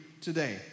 today